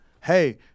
hey